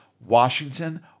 Washington